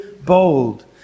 bold